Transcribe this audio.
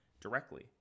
directly